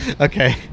Okay